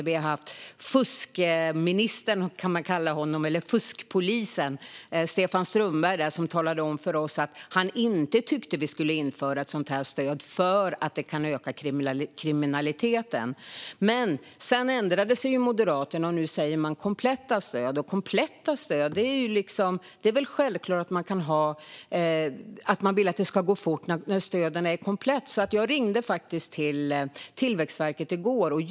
Vi hade haft besök av fuskministern eller fuskpolisen, vad man nu vill kalla honom, Stefan Strömberg som talade om för oss att han inte tyckte att vi skulle införa ett sådant här stöd, för det kunde öka kriminaliteten. Men sedan ändrade sig Moderaterna och talar nu om kompletta ansökningar. Det är klart att man vill att det ska gå fort när ansökan är komplett. Jag ringde faktiskt till Tillväxtverket i går.